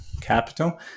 capital